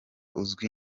uzwi